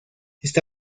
está